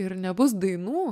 ir nebus dainų